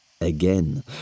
Again